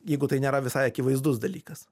jeigu tai nėra visai akivaizdus dalykas